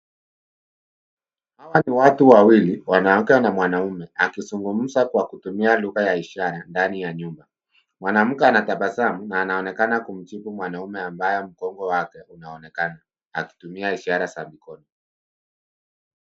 Hawa na watu wawili mwanaume na mwanamke akizugumza kwa kutumia lugha ya ishara ndani ya nyumba. Mwanamke anatabasamu na anaonekana kumjibu mwanaume ambaye mgogo wake unaonekana akitumia ishara za mikono.